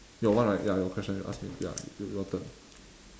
your one right ya your question you ask me ya your turn